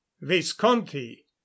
visconti